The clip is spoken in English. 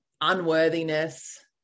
unworthiness